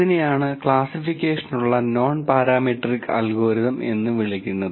അതിനെയാണ് ക്ലാസ്സിഫിക്കേഷനുള്ള nonparametric algorithm എന്ന് വിളിക്കുന്നത്